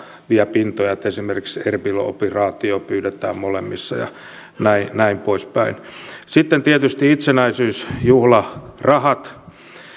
pintoja esimerkiksi erbil operaatioon pyydetään molemmissa ja näin näin poispäin sitten tietysti itsenäisyysjuhlarahat